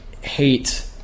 hate –